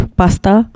pasta